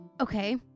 Okay